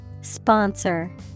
Sponsor